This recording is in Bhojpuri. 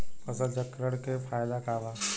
फसल चक्रण के फायदा का बा?